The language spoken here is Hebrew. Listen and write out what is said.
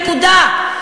נקודה,